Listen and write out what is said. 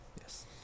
Yes